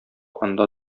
анда